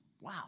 Wow